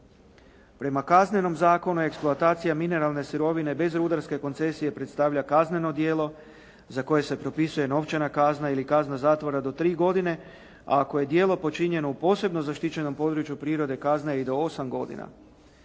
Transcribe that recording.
Prema Kaznenom zakonu eksploatacija mineralne sirovine bez rudarske koncesije predstavlja kazneno djelo, za koje se propisuje novčana kazna ili kazna zatvora do 3 godine, a ako je djelo počinjeno u posebno zaštićenom području prirode, kazna je i do 8 godina.